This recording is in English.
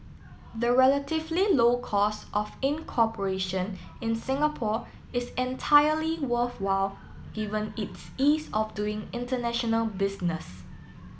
the relatively low cost of incorporation in Singapore is entirely worthwhile given its ease of doing international business